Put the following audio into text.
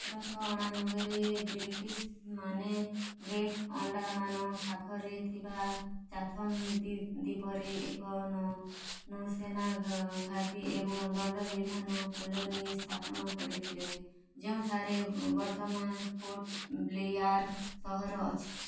ସତର ଶହ ଅଣାନବେରେ ବ୍ରିଟିଶ୍ମାନେ ଗ୍ରେଟ୍ ଆଣ୍ଡାମାନ୍ ପାଖରେ ଥିବା ଚାଥମ୍ ଦ୍ୱୀପରେ ଏକ ନୋ ନୌସେନା ଘାଟି ଏବଂ ଦଣ୍ଡବିଧାନ କଲୋନୀ ସ୍ଥାପନ କରିଥିଲେ ଯେଉଁଠାରେ ବର୍ତ୍ତମାନ ପୋର୍ଟ ବ୍ଲେୟାର୍ ସହର ଅଛି